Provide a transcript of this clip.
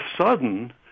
sudden